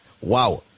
Wow